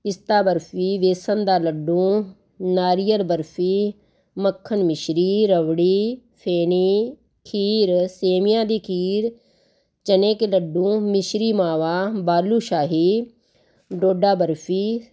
ਪਿਸਤਾ ਬਰਫੀ ਵੇਸਣ ਦਾ ਲੱਡੂ ਨਾਰੀਅਲ ਬਰਫੀ ਮੱਖਣ ਮਿਸ਼ਰੀ ਰਵੜੀ ਫੇਣੀ ਖੀਰ ਸੇਵੀਆਂ ਦੀ ਖੀਰ ਚਨੇ ਕੇ ਲੱਡੂ ਮਿਸ਼ਰੀ ਮਾਵਾ ਬਾਲੂ ਸ਼ਾਹੀ ਡੋਡਾ ਬਰਫੀ